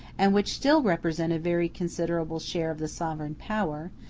and which still represent a very considerable share of the sovereign power,